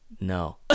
No